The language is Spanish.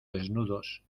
desnudos